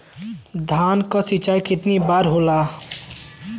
धान क सिंचाई कितना बार होला?